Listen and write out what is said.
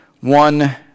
One